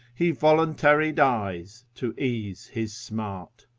he voluntary dies to ease his smart.